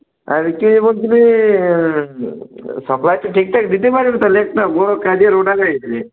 আর কি বলছিলে সাপ্লায়টা ঠিকঠাক দিতে পারবে তাহলে একটা বড় কাজের অর্ডার আসবে